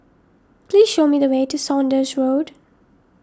please show me the way to Saunders Road